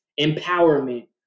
empowerment